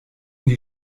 die